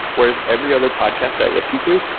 whereas every other podcast i listen to,